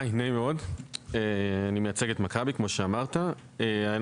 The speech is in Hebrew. ז הוא אמר לדוגמה על רהט,